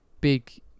big